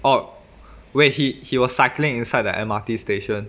oh wait he he was cycling inside the M_R_T station